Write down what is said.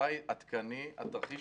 למתי עדכני התרחיש